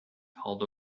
called